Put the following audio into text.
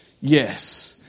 yes